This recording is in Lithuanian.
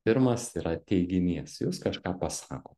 pirmas yra teiginys jūs kažką pasako